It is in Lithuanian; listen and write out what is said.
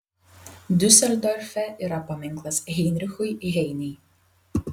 diuseldorfe yra paminklas heinrichui heinei